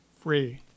free